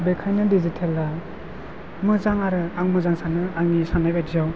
बेखायनो दिजितेलआ मोजां आरो आं मोजां सानो आंनि साननाय बायदियाव